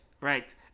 Right